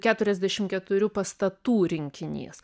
keturiasdešim keturių pastatų rinkinys